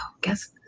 guess